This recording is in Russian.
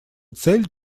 цель